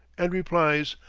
and replies,